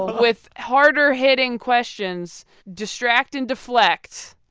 with harder hitting questions. distract and deflect.